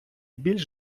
більш